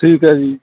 ਠੀਕ ਹੈ ਜੀ